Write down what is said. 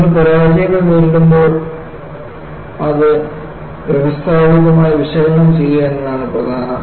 നിങ്ങൾ പരാജയങ്ങൾ നേരിടുമ്പോൾ അത് വ്യവസ്ഥാപിതമായി വിശകലനം ചെയ്യുക എന്നതാണ് പ്രധാനം